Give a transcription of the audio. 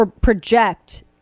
project